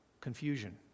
confusion